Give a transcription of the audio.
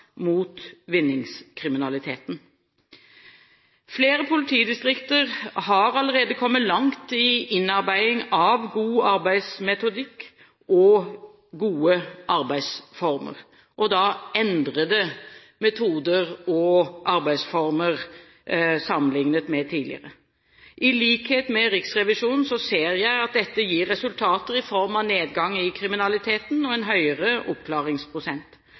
mot vinningskriminaliteten. Flere politidistrikter har allerede kommet langt i innarbeiding av god arbeidsmetodikk og gode arbeidsformer – endrede metoder og arbeidsformer, sammenlignet med tidligere. I likhet med Riksrevisjonen ser jeg at dette gir resultater i form av nedgang i kriminaliteten og en høyere oppklaringsprosent.